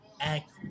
act